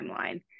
timeline